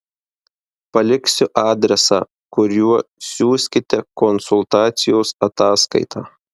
paliksiu adresą kuriuo siųskite konsultacijos ataskaitą